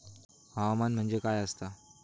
हवामान म्हणजे काय असता?